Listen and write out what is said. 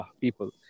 people